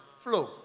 Flow